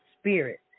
spirit